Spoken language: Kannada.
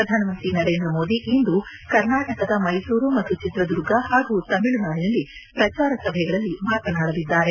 ಪ್ರಧಾನಮಂತ್ರಿ ನರೇಂದ್ರ ಮೋದಿ ಇಂದು ಕರ್ನಾಟಕದ ಮೈಸೂರು ಮತ್ತು ಚಿತ್ರದುರ್ಗ ಹಾಗೂ ತಮಿಳುನಾಡಿನಲ್ಲಿ ಪ್ರಚಾರ ಸಭೆಗಳಲ್ಲಿ ಮಾತನಾಡಲಿದ್ದಾರೆ